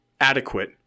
adequate